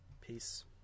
Peace